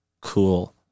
cool